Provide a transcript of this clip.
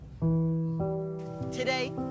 today